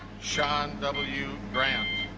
sean w grant